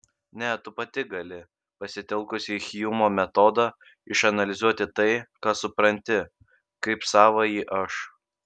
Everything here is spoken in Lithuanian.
ne tu pati gali pasitelkusi hjumo metodą išanalizuoti tai ką supranti kaip savąjį aš